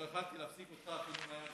לא יכולתי להפסיק אותך.